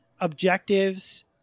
Objectives